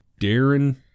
Darren